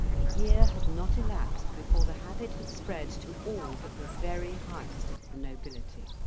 a year had not elapsed before the habit had spread to all but the very highest of the nobility.